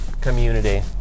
community